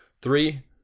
Three